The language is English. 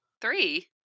Three